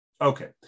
Okay